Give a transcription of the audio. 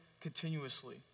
continuously